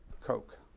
coke